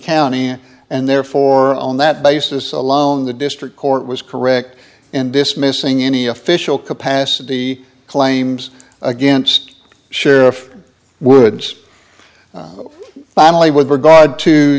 county and therefore on that basis alone the district court was correct and dismissing any official capacity claims against sheriff woods finally with regard to